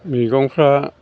मैगंफ्रा